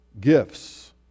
gifts